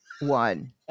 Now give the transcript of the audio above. one